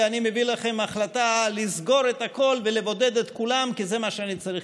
אני מביא לכם ההחלטה לסגור את הכול ולבודד את כולם כי זה מה שאני צריך,